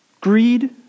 Greed